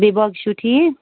بیٚیہِ باقٕے چھِو ٹھیٖک